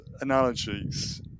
analogies